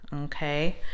okay